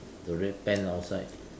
the red pants outside